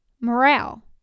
morale